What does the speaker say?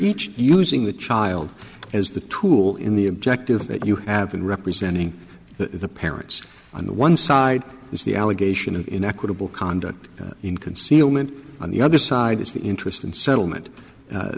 each using the child as the tool in the objective that you have been representing the parents on the one side the allegation in equitable conduct in concealment on the other side of the interest and settlement